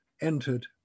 entered